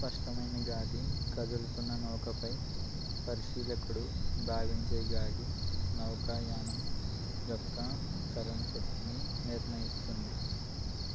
స్పష్టమైన గాలి కదులుతున్న నౌకపై పరిశీలకుడు భావించే గాలి నౌకాయానం యొక్క చలన శక్తిని నిర్ణయిస్తుంది